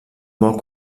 vol